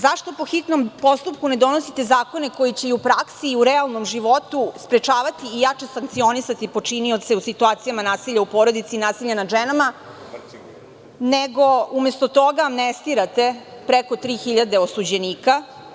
Zašto po hitnom postupku ne donosite zakone koji će u praksi i realnom životu sprečavati i jače sankcionisati počinioce u situacijama nasilja u porodici i nasilja nad ženama, nego amnestirate preko 3.000 osuđenika?